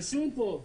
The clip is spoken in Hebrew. רשום פה,